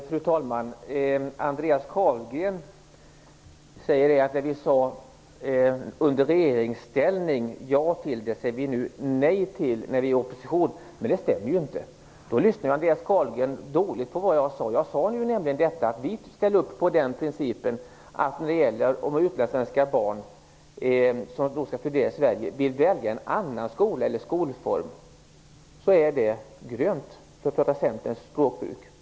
Fru talman! Det vi moderater i regeringsställning sade ja till, säger vi nu nej till i opposition säger Andreas Carlgren, men det stämmer ju inte. I så fall lyssnade Andreas Carlgren dåligt på vad jag sade. Jag sade ju nämligen detta: Vi ställer upp på den principen att om utlandssvenska barn som skall studera i Sverige vill välja en annan skola eller skolform är det grönt, för att använda Centerns språkbruk.